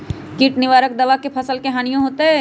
किट निवारक दावा से फसल के हानियों होतै?